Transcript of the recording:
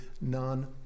none